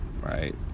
right